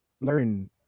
learn